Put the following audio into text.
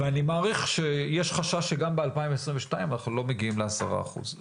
אני מעריך שיש חשש שגם ב-2022 אנחנו לא מגיעים לעשרה אחוז.